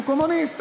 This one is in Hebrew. הוא קומוניסט,